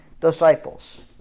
disciples